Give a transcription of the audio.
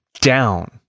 down